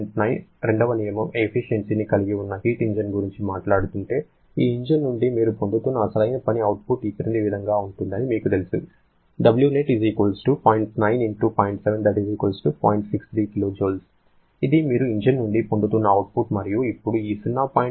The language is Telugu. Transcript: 9 రెండవ నియమం ఎఫిషియెన్సీని కలిగి ఉన్న హీట్ ఇంజిన్ గురించి మాట్లాడుతుంటే ఈ ఇంజిన్ నుండి మీరు పొందుతున్న అసలు పని అవుట్పుట్ ఈ క్రింది విధంగా ఉంటుందని మీకు తెలుసు ఇది మీరు ఇంజిన్ నుండి పొందుతున్న అవుట్పుట్ మరియు ఇప్పుడు ఈ 0